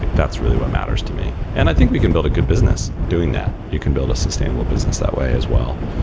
like that's really what matters to me. and i think we can build a good business doing that. you can build a sustainable business that way as well.